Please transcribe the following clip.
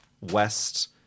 west